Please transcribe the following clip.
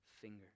finger